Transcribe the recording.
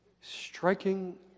striking